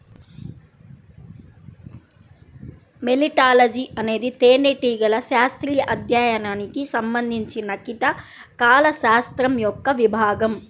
మెలిటాలజీఅనేది తేనెటీగల శాస్త్రీయ అధ్యయనానికి సంబంధించినకీటకాల శాస్త్రం యొక్క విభాగం